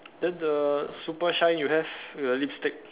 then the super shine you have with the lipstick